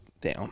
down